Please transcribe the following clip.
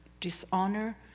dishonor